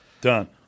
Done